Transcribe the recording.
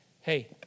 Hey